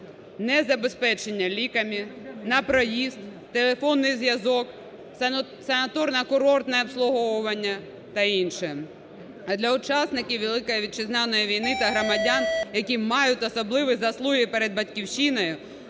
не забезпечення ліками, на проїзд, телефонний зв'язок, санаторно-курортне обслуговування та інше. А для учасників Великої Вітчизняної війни та громадян, які мають особливі заслуги перед Батьківщиною